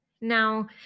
Now